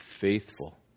faithful